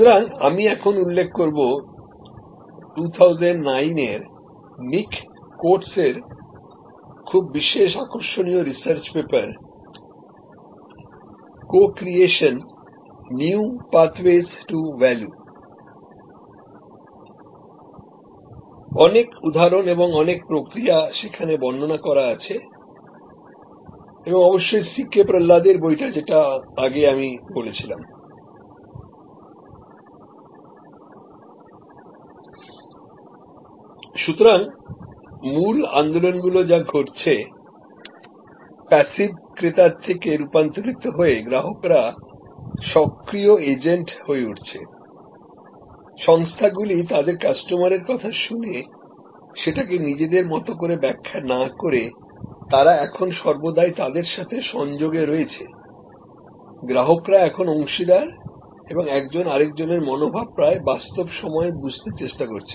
সুতরাং আমি এখন উল্লেখ করব 2009 এর Nick Coatesএর খুব বিশেষ আকর্ষণীয় রিসার্চ পেপার"Co creation New pathways to value" অনেক উদাহরণ এবং অনেক প্রক্রিয়া সেখানে বর্ণনা করা আছে এবং অবশ্যই CK প্রহ্লাদের বইটি যেটা আগে আমি বলেছিলাম সুতরাং মূল আন্দোলনগুলি যা ঘটছে প্যাসিভ ক্রেতা থেকে রূপান্তরিত হয়েগ্রাহকরা সক্রিয় এজেন্ট হয়ে উঠছে সংস্থাগুলি তাদের কাস্টমারের কথা শুনে সেটাকে নিজেদের মতো করে ব্যাখ্যা না করে তারা এখন সর্বদাই তাদের সাথে সংযোগে রয়েছে গ্রাহকরা এখন অংশীদার এবং একজন আরেকজনের মনোভাব প্রায় বাস্তব সময়ে বুঝতে চেষ্টা করছে